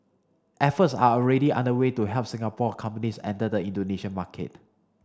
efforts are already underway to help Singapore companies enter the Indonesia market